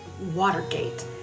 Watergate